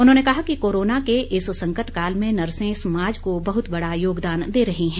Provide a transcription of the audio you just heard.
उन्होंने कहा कि कोरोना के इस संकट काल में नर्से समाज को बहुत बड़ा योगदान दे रही हैं